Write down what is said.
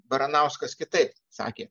baranauskas kitaip sakė